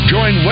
Join